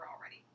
already